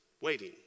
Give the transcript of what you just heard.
waiting